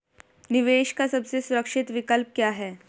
निवेश का सबसे सुरक्षित विकल्प क्या है?